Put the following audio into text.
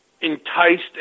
Enticed